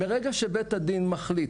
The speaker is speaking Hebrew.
ברגע שבית הדין מחליט.